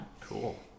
Cool